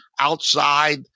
outside